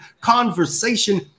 conversation